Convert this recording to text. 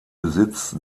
besitz